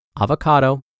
avocado